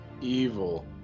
Evil